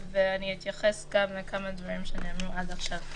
ואני אתייחס גם לכמה דברים שנאמרו עד עכשיו.